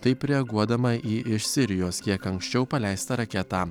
taip reaguodama į iš sirijos kiek anksčiau paleistą raketą